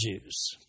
Jews